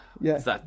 Yes